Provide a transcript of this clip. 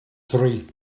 three